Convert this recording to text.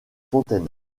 fontaines